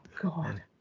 God